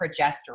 progesterone